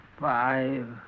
Five